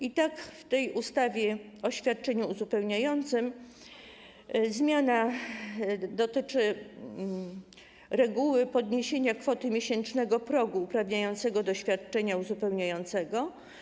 I tak w tej ustawie o świadczeniu uzupełniającym zmiana dotyczy reguły podniesienia kwoty miesięcznego progu uprawniającego do świadczenia uzupełniającego.